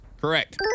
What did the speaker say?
Correct